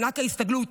מענק ההסתגלות,